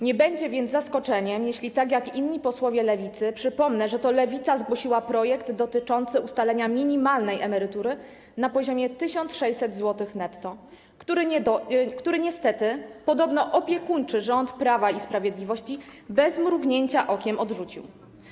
Nie będzie więc zaskoczeniem, jeśli tak jak inni posłowie Lewicy przypomnę, że to Lewica zgłosiła projekt dotyczący ustalenia minimalnej emerytury na poziomie 1600 zł netto, który niestety podobno opiekuńczy rząd Prawa i Sprawiedliwości bez mrugnięcia okiem odrzucił.